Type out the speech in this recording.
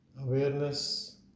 Awareness